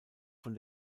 von